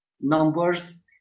numbers